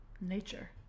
Nature